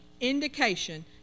indication